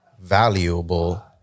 valuable